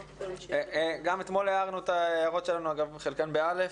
גם אתמול הערנו את ההערות שלנו, חלקן הארות,